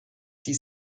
die